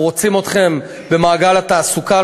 אנחנו רוצים אתכם במעגל התעסוקה,